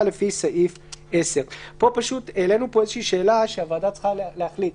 לפי סעיף 10. פשוט העלינו פה איזושהי שאלה שהוועדה צריכה להחליט.